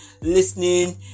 listening